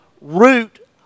root